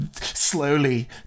slowly